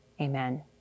amen